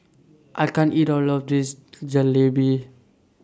I can't eat All of This Jalebi